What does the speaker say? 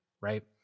right